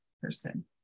person